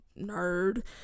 nerd